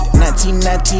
1990